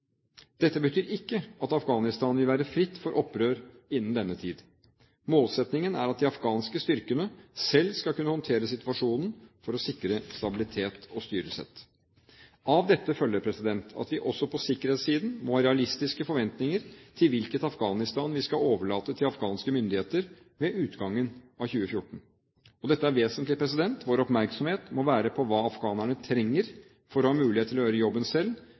Dette betyr ikke at Afghanistan vil være fritt for opprør innen denne tid. Målsettingen er at de afghanske styrkene selv skal kunne håndtere situasjonen for å sikre stabilitet og styresett. Av dette følger at vi også på sikkerhetssiden må ha realistiske forventninger til hvilket Afghanistan vi skal overlate til afghanske myndigheter ved utgangen av 2014. Dette er vesentlig: Vår oppmerksomhet må være på hva afghanerne trenger for å ha mulighet til gjøre jobben selv